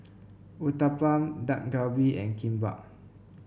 Uthapam Dak Galbi and Kimbap